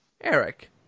Eric